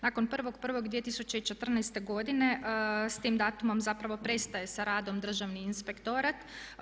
Nakon 1.1.2014. godine s tim datumom zapravo prestaje sa radom Državni inspektorat.